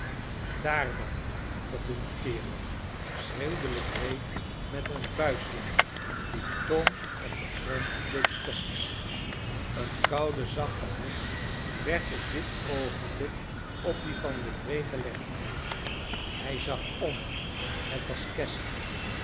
daar dan verdoemde kerel schreeuwde legree met een vuistslag die tom op den grond deed storten een koude zachte hand werd op dit oogenblik op die van legree gelegd hij zag om het was